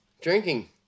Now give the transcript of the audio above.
Drinking